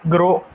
Grow